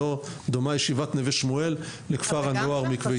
לא דומה ישיבת נווה שמואל לכפר הנוער מקווה